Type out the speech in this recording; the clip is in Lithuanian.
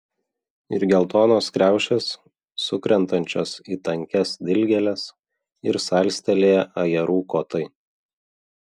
ir geltonos kriaušės sukrentančios į tankias dilgėles ir salstelėję ajerų kotai